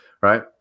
right